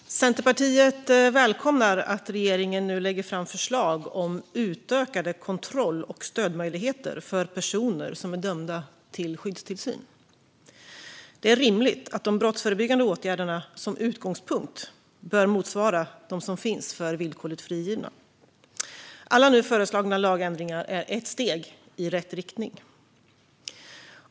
Fru talman! Centerpartiet välkomnar att regeringen nu lägger fram förslag om utökade kontroll och stödmöjligheter för personer som är dömda till skyddstillsyn. Det är rimligt att de brottsförebyggande åtgärderna som utgångspunkt bör motsvara dem som finns för villkorligt frigivna. Alla nu föreslagna lagändringar är steg i rätt riktning.